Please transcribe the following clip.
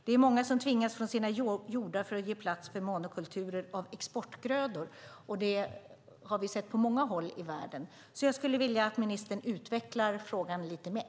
Det är många som tvingas från sina jordar för att ge plats för monokulturer av exportgrödor. Det har vi sett på många håll i världen. Jag skulle vilja att ministern utvecklar svaret lite mer.